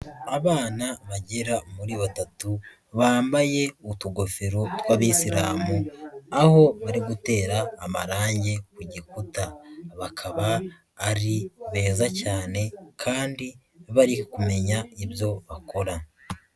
Abana bagera muri batatu, bambaye utugofero tw'abisilamu, aho bari gutera amarangi ku gikuta. Bakaba ari beza cyane kandi bari kumenya ibyo bakora.